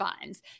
funds